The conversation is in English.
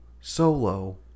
Solo